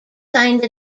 signed